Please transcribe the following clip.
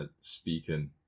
speaking